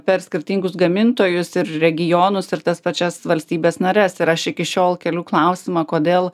per skirtingus gamintojus ir regionus ir tas pačias valstybes nares ir aš iki šiol keliu klausimą kodėl